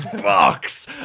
box